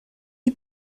die